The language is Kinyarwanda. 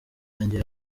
yanjye